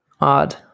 Odd